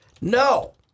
no